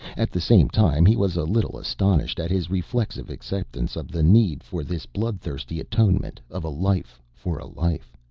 at the same time he was a little astonished at his reflexive acceptance of the need for this blood-thirsty atonement of a life for a life.